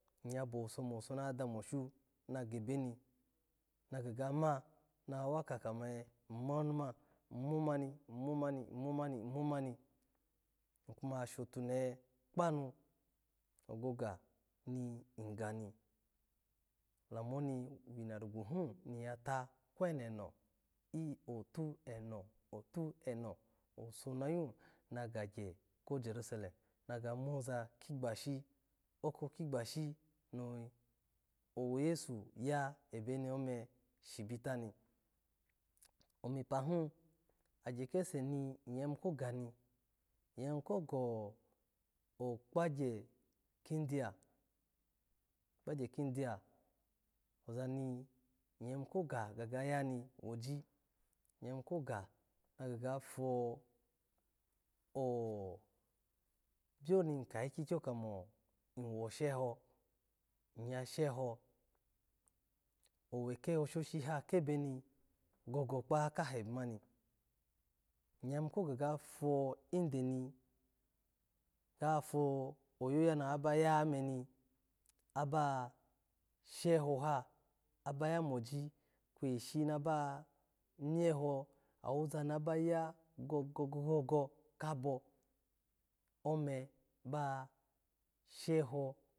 Iya bowiso na dami oshu, na gebu, a gameni mako he-n. Imo mani mani inus mani, ikuma ya shotunahe kpanu ogaga mi lga ni lamu oni winarigwa hi miya ta kyunono i-e- atu, eno etu, eno, otuuso na yu na gye ko jeruselem, na ga moza kigba shi, ohotighashi i o-yasu ya ebe ni ome oshibita ni. Omepahi ogye kusu ni ya yimu ko ga, iya yimu ko go okpagye kidiya, kpagaye kidiya, oza ni ya yimu ko ga gani woji, iya yimu kaga gafo-o-o biyo ni ka ivyikyo kamo iwosheho, iya sheho, owe keho shoshi ha kebe ni, goga kpaka ha ebe mani iya yimu ko gafo ideni oyo ya nawa ba yame aba-a sheho ha, aba ya moji, kweshi na ba miho be awoza maba ya gogo gogo kabo ome ba sheho.